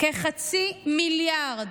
כ-0.5 מיליארד.